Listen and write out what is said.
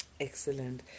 Excellent